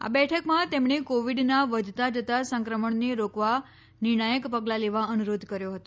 આ બેઠકમાં તેમણે કોવિડના વધતા જતા સંક્રમણને રોકવા નિર્ણાયક પગલાં લેવા અનુરોધ કર્યો હતો